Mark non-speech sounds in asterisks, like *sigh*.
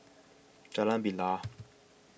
Jalan Bilal *noise*